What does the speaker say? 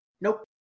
Nope